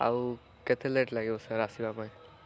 ଆଉ କେତେ ଲେଟ୍ ଲାଗିବ ସାର୍ ଆସିବା ପାଇଁ